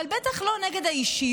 אבל זה בטח לא נגד האישיות,